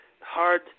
hard